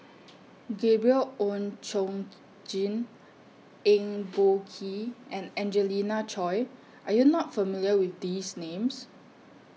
Gabriel Oon Chong Jin Eng Boh Kee and Angelina Choy Are YOU not familiar with These Names